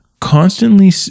constantly